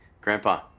Grandpa